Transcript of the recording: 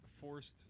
forced